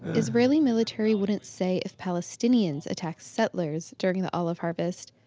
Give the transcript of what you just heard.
israeli military wouldn't say if palestinians attack settlers during the olive harvest,